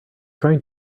trying